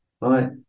right